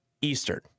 eastern